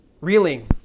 Reeling